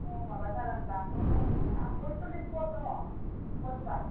माबा जागोन बाथौ दोरोमनिआ प'यस्ललिस घर दङ फ'रटि फाइभ